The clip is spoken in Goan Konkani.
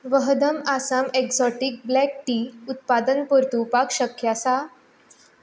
वहदम आसाम एक्जोटीक ब्लॅक टी उत्पादन परतुवपाक शक्य आसा